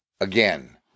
again